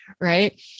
Right